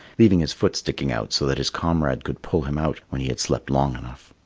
leaving his foot sticking out so that his comrade could pull him out when he had slept long enough.